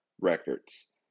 Records